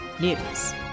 News